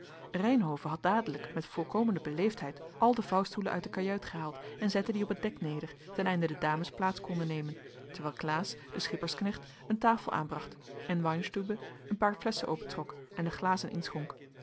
reynhove had dadelijk met voorkomende beleefdheid al de vouwstoelen uit de kajuit gehaald en zette die op het dek neder ten einde de dames plaats konden nemen terwijl klaas de schippersknecht een tafel aanbracht en weinstübe een paar flesschen opentrok en de glazen